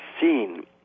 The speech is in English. seen